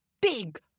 Big